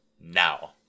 now